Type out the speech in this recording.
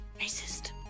Racist